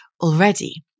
already